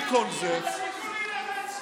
בלי כל זה, תפסיקו להילחץ מהאמת.